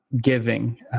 giving